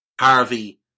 Harvey